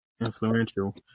influential